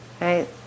right